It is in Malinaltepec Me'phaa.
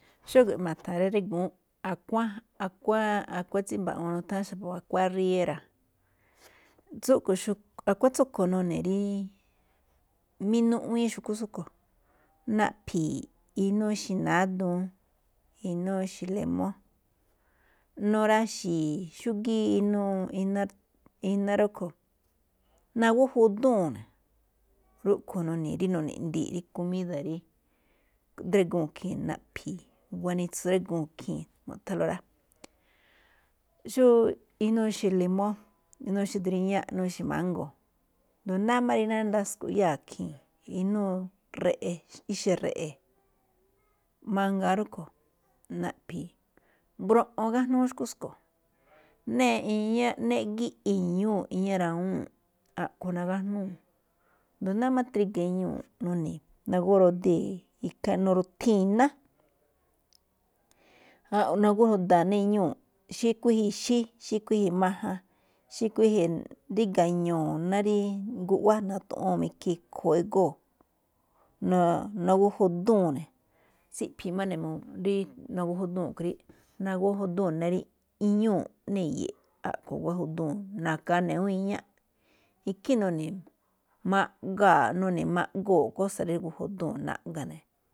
Xúge̱ꞌ ma̱than rí drígu̱ún a̱kuáan, a̱kuáan, a̱kuáan tsí mba̱ꞌu̱u̱n a̱kuáan arriérra̱, a̱kuáan tsúꞌkhue̱n none̱ rí minuꞌwiin xu̱kú tsúꞌkhue̱n, naꞌphi̱i̱ inúu ixe̱ náduun, inúu ixe̱ lemó, nuraxi̱i̱ xúgíí inúu iná, iná rúꞌkhue̱n. Nagóó juduu̱n, rúꞌkhue̱n nuni̱i̱ ndii̱nꞌ rí komída̱ rí dríguu̱n ikhii̱n naꞌphi̱i̱, guanitsu dríguu̱n ikhii̱n gúꞌthanlóꞌ rá. Xó inúu ixe̱ limó, inúu ixe̱ dríñáꞌ, inúu ixe̱ mango, asndo náá máꞌ ndasko̱ꞌ iyáa̱ ikhii̱n, inúu re̱ꞌe̱, ixe̱ re̱ꞌe̱ mangaa rúꞌkhue̱n, naꞌphi̱i̱, mbroꞌon igájnúú xu̱kú tsúꞌkhue̱n. ná iñá gíꞌ i̱ñúu̱ꞌ, iñá rawuu̱n, a̱ꞌkhue̱n nagájnuu̱, asndo náá máꞌ triga̱, iñúu̱ ini̱i̱, nagóó rodee̱, nu̱ru̱thii̱n iná, nagua juda̱a̱n ná iñúu̱. Xí kuíje̱ ixí, xí kuíje̱ majan, xí kuíje̱, ríga̱ ñu̱u̱ ná rí guꞌwá na̱thúu̱n máꞌ ikhín ekhoo egóo̱, na- nagóó juduu̱n, tsíꞌphi̱i̱ má ne̱, rí naguwá judúu̱n ne̱ ná rí iñúu̱ ná i̱yi̱i̱ꞌ a̱ꞌkhue̱n naguwá judúu̱n. Na̱ka̱a ne̱ ná awúun iñá ikhíin nuni̱i̱ maꞌgoo̱ kósa̱ rí nagóó judúu̱n naꞌga ne̱.